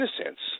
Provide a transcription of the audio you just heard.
innocence